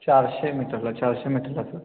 चारशे मीटरला चारशे मीटरला सर